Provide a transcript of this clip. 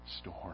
storm